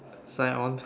sign on